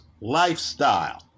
lifestyle